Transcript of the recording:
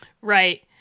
Right